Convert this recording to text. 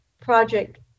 project